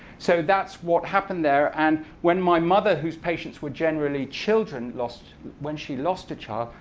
so that's what happened there. and when my mother, whose patients were generally children lost when she lost a child,